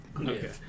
Okay